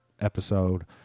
episode